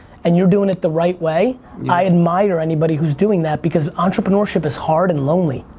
and you're doing it the right way i admire anybody who's doing that, because entrepreneurship is hard and lonely,